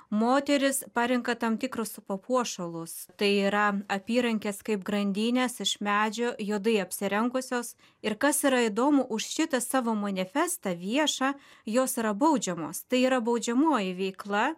moterys parenka tam tikrus papuošalus tai yra apyrankės kaip grandinės iš medžio juodai apsirengusios ir kas yra įdomu už šitą savo manifestą viešą jos yra baudžiamos tai yra baudžiamoji veikla